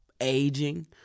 aging